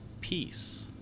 peace